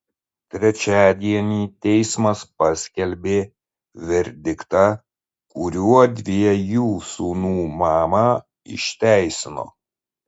trečiadienį teismas paskelbė verdiktą kuriuo dviejų sūnų mamą išteisino